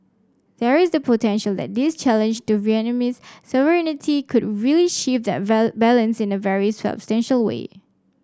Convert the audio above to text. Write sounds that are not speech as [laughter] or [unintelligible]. there is the potential that this challenge to Vietnamese sovereignty could really shift that [unintelligible] balance in a very [unintelligible] way